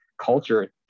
culture